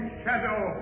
shadow